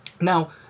Now